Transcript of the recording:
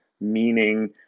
meaning